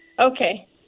Okay